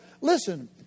listen